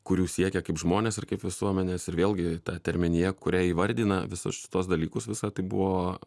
kurių siekia kaip žmonės ir kaip visuomenės ir vėlgi ta terminija kuria įvardina visus šituos dalykus visa tai buvo